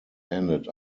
ended